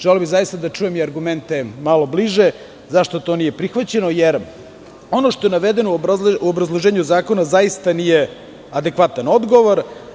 Želeo bih da čujem i argumente malo bliže zašto to nije prihvaćeno jer ono što je navedeno u obrazloženju zakona zaista nije adekvatan odgovor.